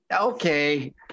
okay